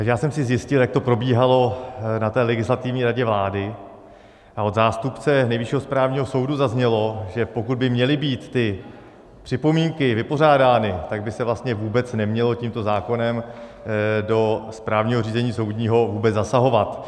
Já jsem si zjistil, jak to probíhalo na té Legislativní radě vlády, a od zástupce Nejvyššího správního soudu zaznělo, že pokud by měly být ty připomínky vypořádány, tak by se vlastně nemělo tímto zákonem do správního řízení soudního vůbec zasahovat.